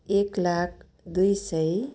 एक लाख दुई सय